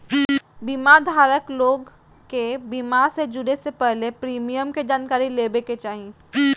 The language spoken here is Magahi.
बीमा धारक लोग के बीमा से जुड़े से पहले प्रीमियम के जानकारी लेबे के चाही